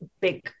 big